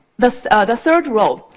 the the third row,